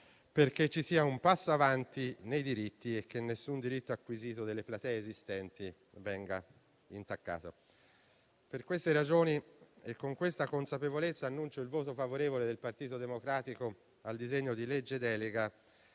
perché ci sia un passo avanti nei diritti e affinché nessun diritto acquisito delle platee esistenti venga intaccato. Per queste ragioni e con questa consapevolezza annuncio il voto favorevole del Partito Democratico al disegno di legge delega